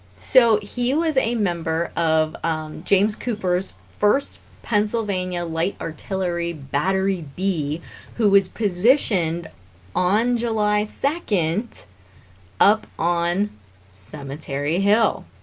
so he was a member of james cooper's first pennsylvania light artillery battery be who was positioned on july second up on cemetery hill